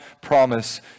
promise